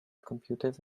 computers